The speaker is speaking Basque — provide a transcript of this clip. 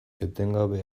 etengabe